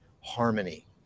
harmony